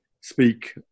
speak